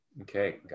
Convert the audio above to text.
Okay